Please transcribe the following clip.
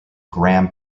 graham